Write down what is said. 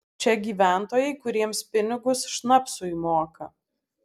čia gyventojai kuriems pinigus šnapsui moka